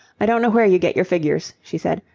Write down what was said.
i don't know where you get your figures, she said,